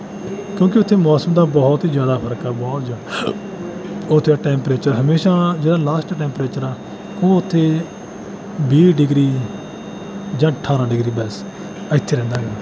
ਕਿਉਂਕਿ ਉੱਥੇ ਮੌਸਮ ਦਾ ਬਹੁਤ ਹੀ ਜ਼ਿਆਦਾ ਫਰਕ ਆ ਬਹੁਤ ਜ਼ਿਆਦਾ ਉੱਥੇ ਟੈਂਪਰੇਚਰ ਹਮੇਸ਼ਾ ਜਿਹੜਾ ਲਾਸਟ ਟੈਂਪਰੇਚਰ ਆ ਉਹ ਉੱਥੇ ਵੀਹ ਡਿਗਰੀ ਜਾਂ ਅਠਾਰ੍ਹਾਂ ਡਿਗਰੀ ਬਸ ਇੱਥੇ ਰਹਿੰਦਾ ਹੈਗਾ